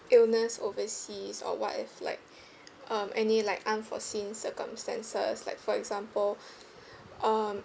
illness overseas or what if like um any like unforeseen circumstances like for example um